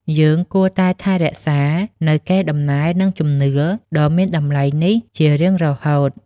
យើងគួរតែថែរក្សានូវកេរដំណែល និងជំនឿដ៏មានតម្លៃនេះជារៀងរហូត។